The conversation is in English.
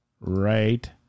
right